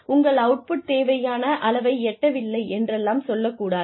உங்கள் அவுட்புட் தேவையான அளவை எட்டவில்லை என்றெல்லாம் சொல்லக்கூடாது